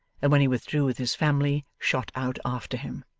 and when he withdrew with his family, shot out after him.